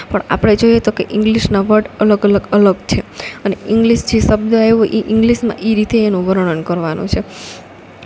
પણ આપણે જોઈએ તો કે ઇંગ્લિશના વર્ડ અલગ અલગ અલગ અલગ છે અને ઇંગ્લિશ જી શબ્દ આવ્યો એ ઇંગ્લિશમાં એમ રીતે એનું વર્ણન કરવાનું છે